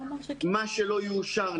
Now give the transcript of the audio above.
מה שלא מאושר,